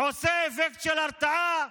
עושה אפקט של הרתעה?